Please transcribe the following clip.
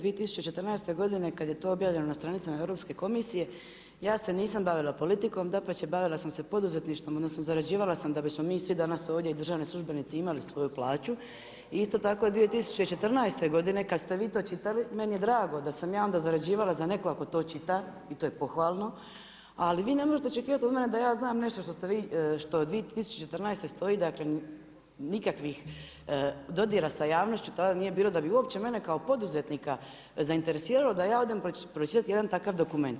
2014. godine kad je to objavljeno na stranicama Europske komisije, ja se nisam bavila politikom, dapače, bavila sam se poduzetništvom odnosno zarađivala sam da bismo mi svi danas ovdje državni službenici imali svoju plaču, isto tako 2014. godine kad ste vi to čitali, meni je drago da sam ja onda zarađivala za nekoga tko to čita, i to je pohvalno, ali vi ne možete očekivati od mene da ja znam nešto što 2014. stoji dakle, nikakvih dodira sa javnošću tada nije bilo da bi uopće mene kao poduzetnika zainteresiralo da ja odem pročitati jedan takav dokument.